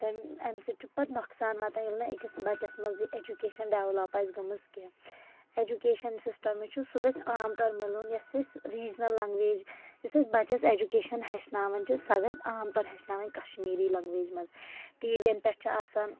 تمہِ اَمہِ سۭتۍ چھُ پَتہٕ نۄقصان واتان ییٚلہِ نہٕ أکِس بَچس منٛز یہِ ایٚجوٗکیشن ڈیٚولپ آسہِ گٔمٕژ کیٚنٛہہ ایٚجوٗکیشن سسٹم یُس چھُ سُہ گژھِ عام طور مِلُن یۄس اسہِ ریٖجنَل لیٚنٛگویج یُس أسۍ بَچس ایٚجوٗکیٚشن ہٮ۪چھناوان چھِ سۄ گژھِ عام طور ہٮ۪چھناونۍ کَشمیٖری لیٚنٛگویجہِ منٛز ٹی وی یَن پٮ۪ٹھ چھِ آسان